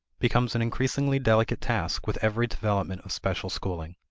becomes an increasingly delicate task with every development of special schooling.